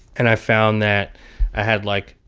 and i found that i had, like,